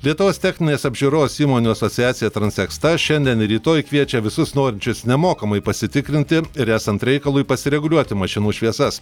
lietuvos techninės apžiūros įmonių asociacija transeksta šiandien ir rytoj kviečia visus norinčius nemokamai pasitikrinti ir esant reikalui pasireguliuoti mašinų šviesas